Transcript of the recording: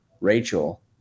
Rachel